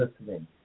listening